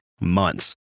months